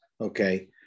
Okay